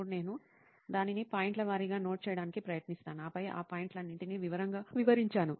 అప్పుడు నేను దానిని పాయింట్ల వారీగా నోట్ చేయడానికి ప్రయత్నిస్తాను ఆపై ఆ పాయింట్లన్నింటినీ వివరంగా వివరించాను